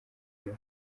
iyo